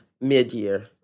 mid-year